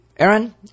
Aaron